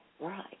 right